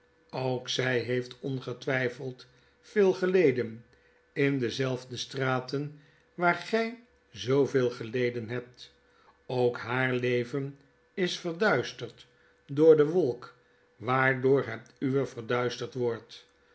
ook zy heeft ongetwyfeld veel geleden in dezelfde straten waar gy zooveel geleden hebt ook haar leven is verduisterd door de wolk waardoor het uwe verduisterd wordt